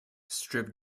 strip